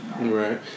Right